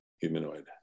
humanoid